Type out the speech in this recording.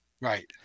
Right